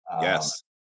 Yes